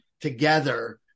together